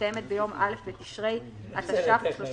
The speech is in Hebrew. והמסתיימת ביום א' בתשרי התש"ף (30